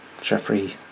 Jeffrey